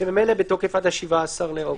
ממילא בתוקף עד 17 באוגוסט.